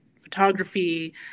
photography